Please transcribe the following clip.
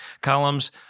columns